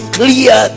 clear